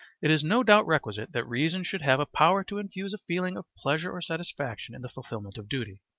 it is no doubt requisite that reason should have a power to infuse a feeling of pleasure or satisfaction in the fulfilment of duty,